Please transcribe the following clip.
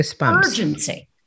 urgency